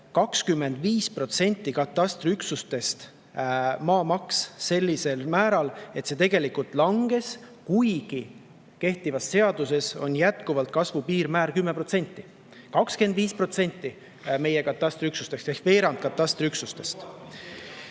25%-l katastriüksustest maamaks selline, et see tegelikult langes, kuigi kehtivas seaduses on kasvu piirmäär 10%. Aga 25% meie katastriüksustest ehk veerand katastriüksustest